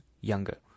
younger